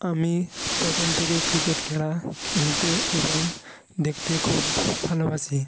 আমি প্রথম থেকেই ক্রিকেট খেলা খেলতে এবং দেখতে খুব ভালোবাসি